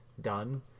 done